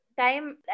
time